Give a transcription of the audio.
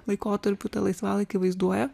laikotarpių tą laisvalaikį vaizduoja